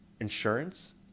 insurance